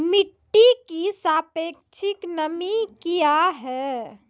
मिटी की सापेक्षिक नमी कया हैं?